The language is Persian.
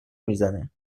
میزنه